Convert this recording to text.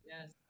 Yes